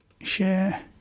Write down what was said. Share